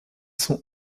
sont